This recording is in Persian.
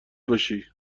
باشی